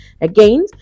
again